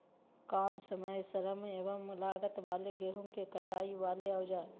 काम समय श्रम एवं लागत वाले गेहूं के कटाई वाले औजार?